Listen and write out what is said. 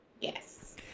Yes